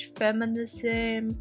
feminism